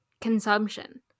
consumption